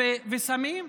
וסמים,